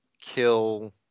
kill